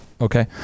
okay